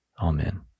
Amen